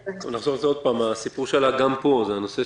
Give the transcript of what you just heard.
אחזור על זה עוד פעם: הסיפור שעלה גם פה הוא שאנחנו